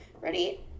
Ready